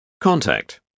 Contact